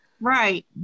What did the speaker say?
Right